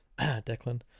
Declan